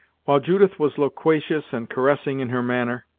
while judith was loquacious and caressing in her manner,